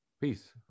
peace